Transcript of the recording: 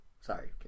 Sorry